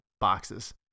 boxes